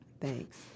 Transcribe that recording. Thanks